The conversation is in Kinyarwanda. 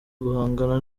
guhangana